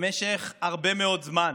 במשך הרבה מאוד זמן